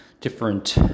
different